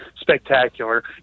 spectacular